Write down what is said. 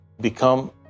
become